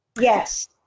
Yes